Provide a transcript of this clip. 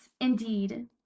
Indeed